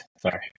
Sorry